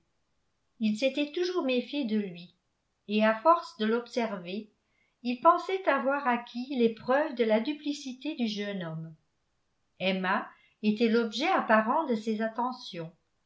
il s'était toujours méfié de lui et à force de l'observer il pensait avoir acquis les preuves de la duplicité du jeune homme emma était l'objet apparent de ses attentions